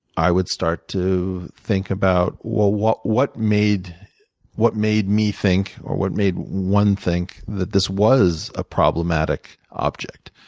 i would start to think about, well, what what made what made me think, or what made one think that this was a problematic object?